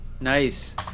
Nice